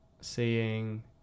seeing